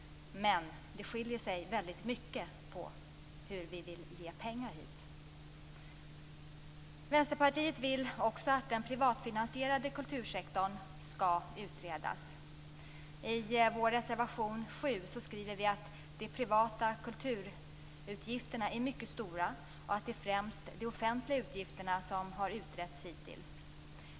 Men det skiljer sig väldigt mycket åt i fråga om hur vi vill ge pengar. Vänsterpartiet vill också att den privatfinansierade kultursektorn skall utredas. I vår reservation 7 skriver vi att de privata kulturutgifterna är mycket stora och att det är främst de offentliga utgifterna som hittills har utretts.